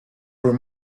were